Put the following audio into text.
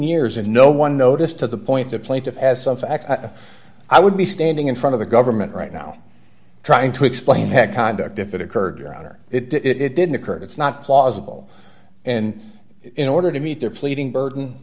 years and no one noticed to the point of plaintiff as something i would be standing in front of the government right now trying to explain that conduct if it occurred your honor it didn't occur that's not plausible and in order to meet their pleading burden